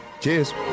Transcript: Cheers